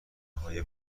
های